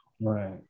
Right